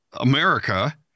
America